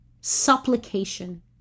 supplication